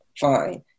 fine